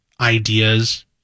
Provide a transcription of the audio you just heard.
ideas